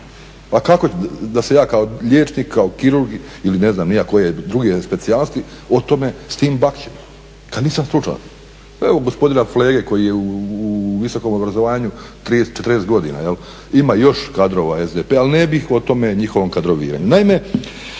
Kako da se ja kao liječnik, kao kirurg ili neke druge specijalnosti, s tim bakćem kad nisam stručan. Evo gospodina Flege koji je u visokom obrazovanju 30-40 godina, ima još kadrova SDP-a ali ne bih o tom njihovom kadroviranju. Naime,